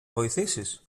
βοηθήσεις